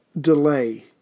delay